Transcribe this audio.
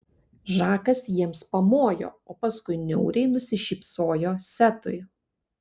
žakas jiems pamojo o paskui niauriai nusišypsojo setui